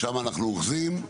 שם אנחנו אוחזים.